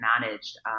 managed